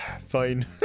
Fine